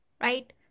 right